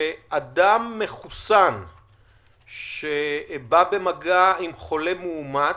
שאדם מחוסן שבא במגע עם חולה מאומת,